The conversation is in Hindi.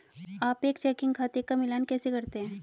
आप एक चेकिंग खाते का मिलान कैसे करते हैं?